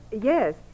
Yes